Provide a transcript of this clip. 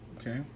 Okay